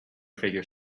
figure